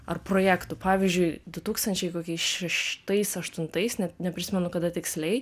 ar projektų pavyzdžiui du tūkstančiai kokiais šeštais aštuntais net neprisimenu kada tiksliai